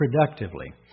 productively